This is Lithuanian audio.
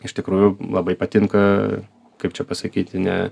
iš tikrųjų labai patinka kaip čia pasakyti ne